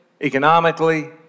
economically